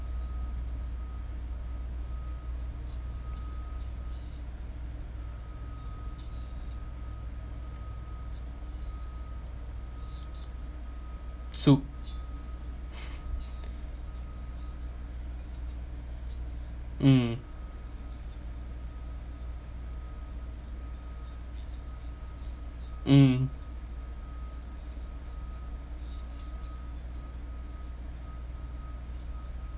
soup mm mm